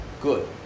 good